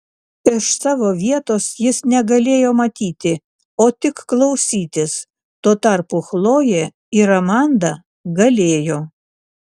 iš savo vietos jis negalėjo matyti o tik klausytis tuo tarpu chlojė ir amanda galėjo